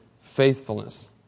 faithfulness